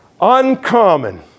Uncommon